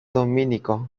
dominico